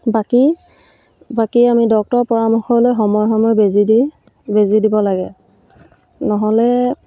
বাকী বাকী আমি ডক্তৰৰ পৰামৰ্শ লৈ সময়ে সময়ে বেজী দি বেজী দিব লাগে নহ'লে